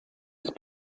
ist